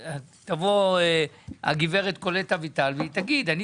תבוא הגברת קולט אביטל והיא תגיד שהיא